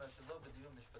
כלומר זה לא בדיון משפטי,